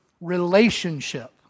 relationship